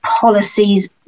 policies